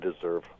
deserve